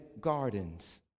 gardens